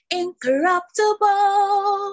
incorruptible